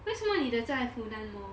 为什么你的在 funan mall